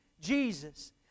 Jesus